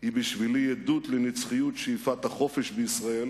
היא בשבילי עדות לנצחיות שאיפת החופש בישראל